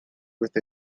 with